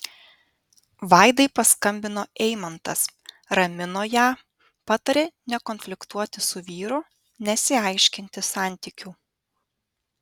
vaidai paskambino eimantas ramino ją patarė nekonfliktuoti su vyru nesiaiškinti santykių